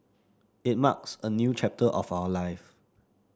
it marks a new chapter of our life